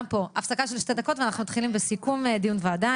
הפסקה של שתי דקות, ואנחנו מתחילים בסיכום הוועדה.